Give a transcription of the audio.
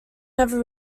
never